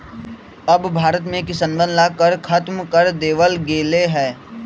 अब भारत में किसनवन ला कर खत्म कर देवल गेले है